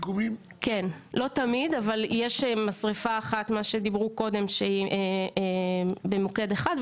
אבל יש משרפה אחת מה שדיברו קודם שבמוקד אחד,